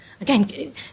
again